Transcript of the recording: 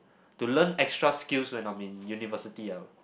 to learn extra skills when I'm in university ah